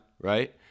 right